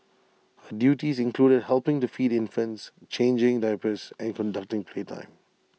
her duties included helping to feed infants changing diapers and conducting playtime